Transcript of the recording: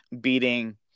beating